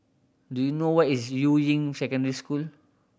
do you know where is Yuying Secondary School